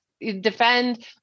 defend